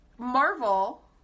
Marvel